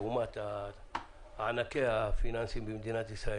לעומת ענקי הפיננסים במדינת ישראל